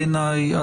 בעיניי,